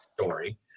story